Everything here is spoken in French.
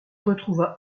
retrouva